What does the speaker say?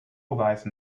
wise